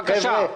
בבקשה.